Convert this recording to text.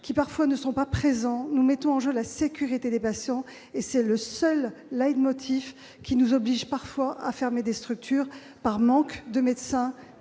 qui parfois ne sont pas présents, nous mettons en jeu la sécurité des patients. C'est le seul leitmotiv qui nous oblige quelquefois à fermer des structures, par manque de médecins